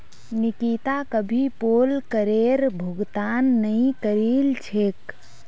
निकिता कभी पोल करेर भुगतान नइ करील छेक